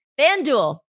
FanDuel